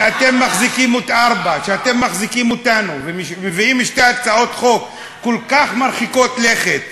כשאתם מחזיקים אותנו ומביאים שתי הצעות חוק כל כך מרחיקות לכת,